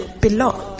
belong